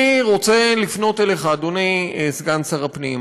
אני רוצה לפנות אליך, אדוני סגן שר הפנים.